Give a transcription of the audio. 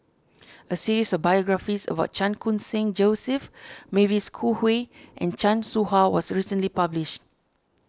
a series of biographies about Chan Khun Sing Joseph Mavis Khoo Oei and Chan Soh Ha was recently published